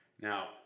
Now